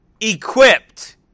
Equipped